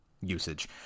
usage